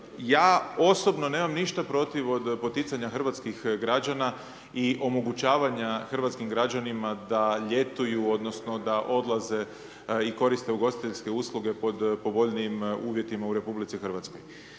Ja osobno nemam ništa protiv od poticanja hrvatskih građana i omogućavanja hrvatskim građanima da ljetuju odnosno da odlaze i koriste ugostiteljske usluge pod povoljnijim uvjetima u RH.